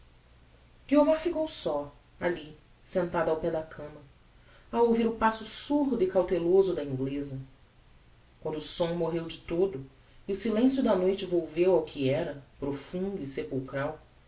quarto guiomar ficou só alli sentada ao pé da cama a ouvir o passo surdo e cautelloso da ingleza quando o som morreu de todo e o silencio da noite volveu ao que era profundo e sepulchral